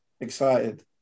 excited